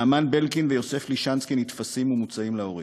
נעמן בלקינד ויוסף לישנסקי נתפסים ומוצאים להורג.